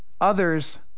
others